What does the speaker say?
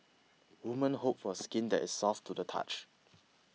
woman hope for skin that is soft to the touch